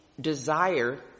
desire